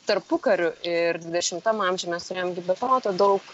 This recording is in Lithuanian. tarpukariu ir dvidešimtam amžiuj mes turėjom gi be proto daug